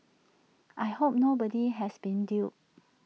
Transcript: I hope nobody has been duped